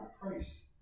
price